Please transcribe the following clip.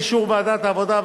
באישור ועדת העבודה,